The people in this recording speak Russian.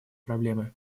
проблемы